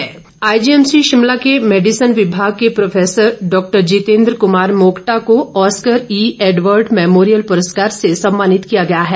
award IGMC Shimla के medicine विभाग के प्रौफेसर डॉक्टर जितेन्द्र कुमार मोक्टा को ऑस्कर ई एडवर्ड मैमोरियल पुरस्कार से सम्मानित किया गया है